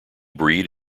breed